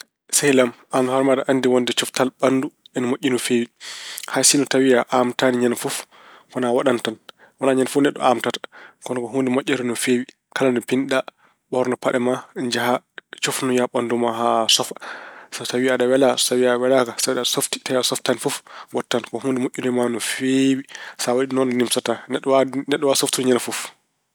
Sehil am, aan hoore ma aɗa anndi wonde coftal ɓanndu ina moƴƴi no feewi. Haysino tawa a aamtaani ñande fof, kono a waɗan tan. Wonaa ñande fof neɗɗo aamtata. Kono ko huunde moƴƴere no feewi. Kala nde pinɗaa, ɓoorno paɗe ma, njaha cofnoya ɓanndu ma haa sofa. So tawi aɗa wela, so tawi a welaaka, so tawi aɗa softi, so tawi a softaani fof, waɗ tan. Ko huunde moƴƴude e ma no feewi. So waɗi ɗum noon a nimsataa. Neɗ- neɗɗo waawaa softude ñande fof.